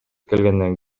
келгенден